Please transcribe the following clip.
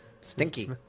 Stinky